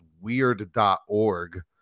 weird.org